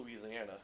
Louisiana